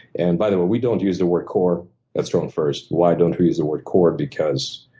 and by the way, we don't use the word core at strongfirst. why don't we use the word core? because,